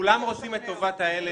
כולם רוצים את טובת הילד.